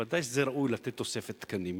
ודאי שראוי לתת תוספת תקנים.